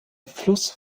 fluss